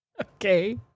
Okay